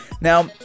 Now